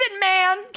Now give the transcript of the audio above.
man